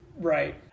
Right